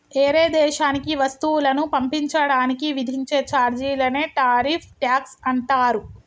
ఏరే దేశానికి వస్తువులను పంపించడానికి విధించే చార్జీలనే టారిఫ్ ట్యాక్స్ అంటారు